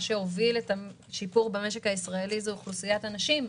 מה שהוביל את השיפור במשק הישראלי זה אוכלוסיית הנשים,